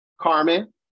Carmen